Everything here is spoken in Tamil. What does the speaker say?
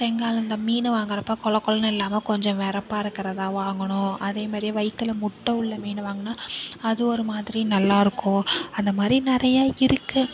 செங்கால இந்த மீன் வாங்குறப்ப கொழகொழனு இல்லாமல் கொஞ்சம் விறப்பா இருக்கிறதா வாங்கணும் அதே மாதிரியே வயிற்றுல முட்டை உள்ள மீன் வாங்கினா அது ஒரு மாதிரி நல்லா இருக்கும் அந்த மாதிரி நிறையா இருக்குது